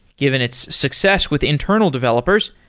given its success with internal developers,